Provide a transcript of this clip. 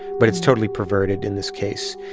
but it's totally perverted in this case,